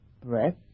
breath